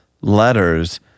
letters